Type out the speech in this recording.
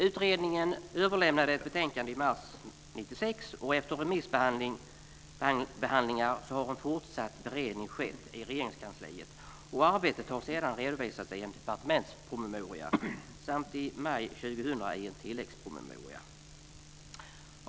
Utredningen överlämnade ett betänkande i mars 1996, och efter remissbehandlingar har en fortsatt beredning skett i Regeringskansliet. Arbetet har sedan redovisats i en departementspromemoria samt i maj 2000 i en tilläggspromemoria.